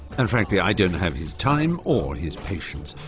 and frankly i don't have his time or his patience.